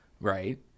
Right